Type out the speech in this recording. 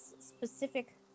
specific